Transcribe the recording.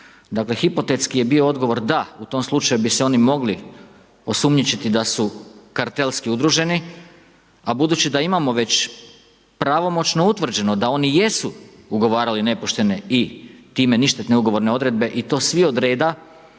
Dakle, hipotetski je bio odgovor da, u tom slučaju bi se oni mogli osumnjičiti da su kartelski udruženi a budući da imamo već pravomoćno utvrđeno da oni jesu ugovarali nepoštene i time ništetne ugovorne odredbe i to svi od reda